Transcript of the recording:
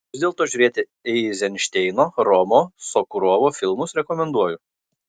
vis dėlto žiūrėti eizenšteino romo sokurovo filmus rekomenduoju